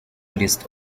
list